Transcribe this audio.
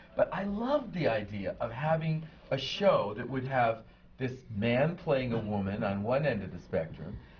but i loved the idea of having a show that would have this man playing a woman, on one end of the spectrum,